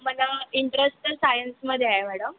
मला इंटरेस्ट तर सायन्समध्ये आहे मॅडम